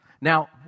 Now